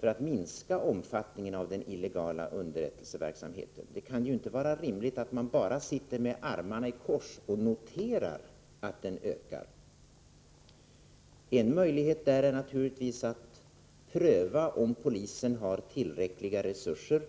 för att minska omfattningen av den illegala underrättelseverksamheten. Det kan inte vara rimligt att man sitter med armarna i kors och noterar att denna verksamhet ökar. En möjlighet är naturligtvis att pröva om polisen har tillräckliga resurser.